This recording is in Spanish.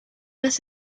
las